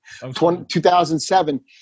2007